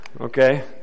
Okay